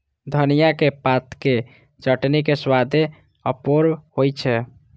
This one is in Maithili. धनियाक पातक चटनी के स्वादे अपूर्व होइ छै